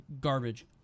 Garbage